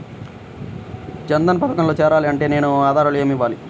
జన్ధన్ పథకంలో చేరాలి అంటే నేను నా ఆధారాలు ఏమి ఇవ్వాలి?